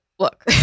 look